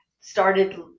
started